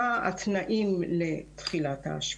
מה התנאים לתחילת ההשקעה,